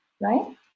right